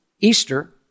Easter